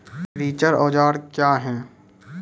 रिचर औजार क्या हैं?